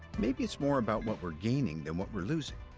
maybe it's more about what we're gaining than what we're losing.